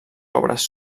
obres